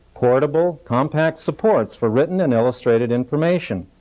portable, compact supports for written and illustrated information.